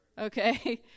Okay